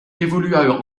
évolua